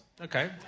Okay